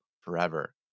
forever